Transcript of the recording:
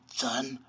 done